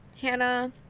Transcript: Hannah